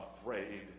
afraid